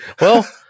Well-